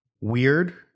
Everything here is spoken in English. weird